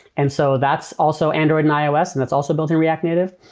and so that's also android and ios and that's also built in react native.